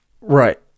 right